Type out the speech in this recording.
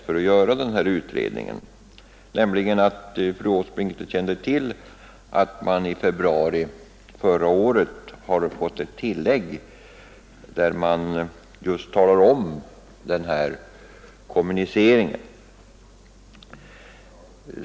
Fru Åsbrink kände nämligen inte till att det i februari förra året har kommit ett tillägg, där man just talar om den här kommuniceringen.